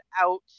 out